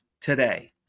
today